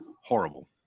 horrible